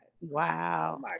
Wow